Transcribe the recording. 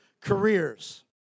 careers